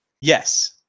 yes